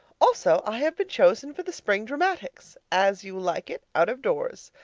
also i have been chosen for the spring dramatics as you like it out of doors.